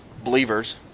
believers